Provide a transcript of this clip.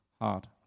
hard